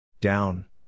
Down